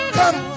come